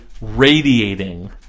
radiating